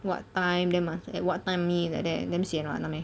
what time then must like what time meet like that damn sian [what] no meh